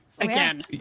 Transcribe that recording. again